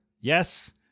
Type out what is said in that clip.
Yes